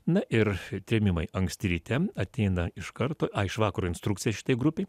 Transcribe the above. na ir trėmimai anksti ryte ateina iš karto iš vakaro instrukcija šitai grupei